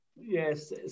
Yes